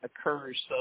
occurs